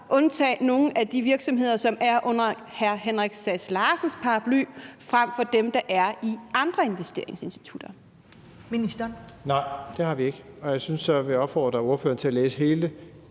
undtage nogle af de virksomheder, som er under hr. Henrik Sass Larsens paraply, frem for dem, der er i andre investeringsinstitutter?